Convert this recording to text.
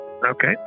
okay